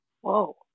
Whoa